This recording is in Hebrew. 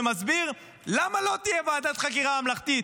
ומסביר למה לא תהיה ועדת חקירה ממלכתית,